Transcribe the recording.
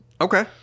Okay